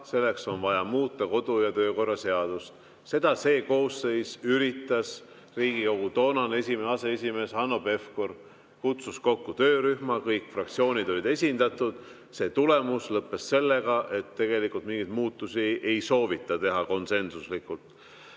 selleks on vaja muuta kodu‑ ja töökorra seadust. Seda see koosseis üritas. Riigikogu toonane esimene aseesimees Hanno Pevkur kutsus kokku töörühma, kõik fraktsioonid olid esindatud. Selle tulemus oli see, et tegelikult mingeid muutusi ei soovita teha konsensuslikult. Nüüd